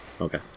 okay